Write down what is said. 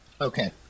okay